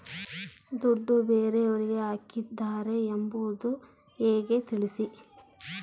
ದುಡ್ಡು ಬೇರೆಯವರಿಗೆ ಹಾಕಿದ್ದಾರೆ ಎಂಬುದು ಹೇಗೆ ತಿಳಿಸಿ?